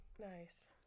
Nice